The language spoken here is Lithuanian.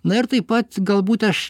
na ir taip pat galbūt aš